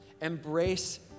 embrace